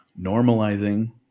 normalizing